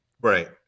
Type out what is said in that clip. Right